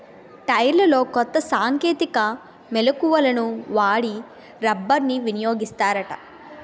టైర్లలో కొత్త సాంకేతిక మెలకువలను వాడి రబ్బర్ని వినియోగిస్తారట